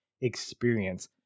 experience